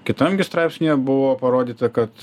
kitam gi straipsnyje buvo parodyta kad